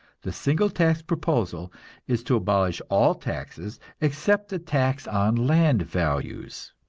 the single tax proposal is to abolish all taxes except the tax on land values.